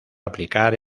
aplicar